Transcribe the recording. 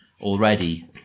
already